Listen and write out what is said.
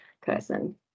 person